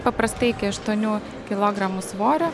paprastai iki aštuonių kilogramų svorio